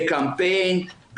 בקמפיין,